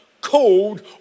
called